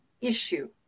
issue